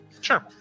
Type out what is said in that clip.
Sure